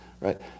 right